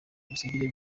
ubusugire